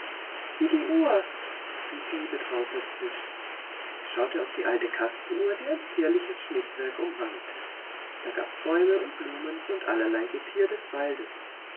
wie die uhr rief liebetraut dazwischen sie schaute auf die alte kastenuhr die ein zierliches schnitzwerk umrankte da gab's bäume und blumen und allerlei getier des waldes